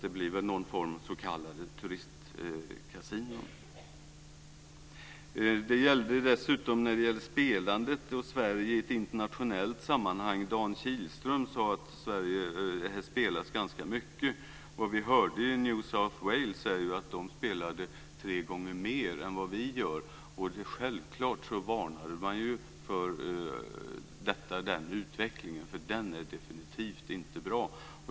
Det blir väl någon form av s.k. turistkasinon. När det gäller spelandet och Sverige i ett internationellt sammanhang sade Dan Kihlström att det spelas ganska mycket i Sverige. Vi hörde i New South Wales att de där spelade tre gånger mer än vad vi gör. Självklart varnade de för den utvecklingen. Den är definitivt inte bra.